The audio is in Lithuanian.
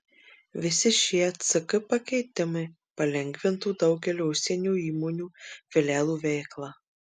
visi šie ck pakeitimai palengvintų daugelio užsienio įmonių filialų veiklą